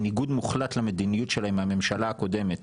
בניגוד מוחלט למדיניות שלה עם הממשלה הקודמת,